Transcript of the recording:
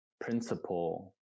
principle